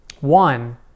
One